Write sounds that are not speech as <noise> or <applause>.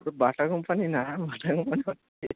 বাটা company না Bata company <unintelligible>